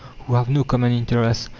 who have no common interest,